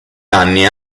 anni